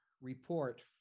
report